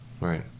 Right